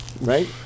right